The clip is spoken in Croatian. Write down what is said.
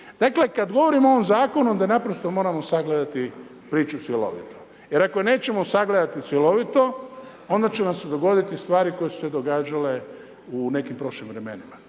Dakle, kad govorimo o ovom Zakonu, onda naprosto moramo sagledati priču cjelovito. Jer ako nećemo sagledati cjelovito, onda će nam se dogoditi stvari koje su se događale u nekim prošlim vremenima.